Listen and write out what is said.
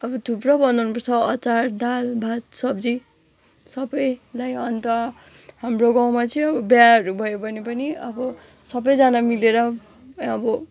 अब थुप्रो बनाउनु पर्छ अचार दाल भात सब्जी सबैलाई अन्त हाम्रो गाउँमा चाहिँ बिहेहरू भयो भने पनि अब सबैजना मिलेर अब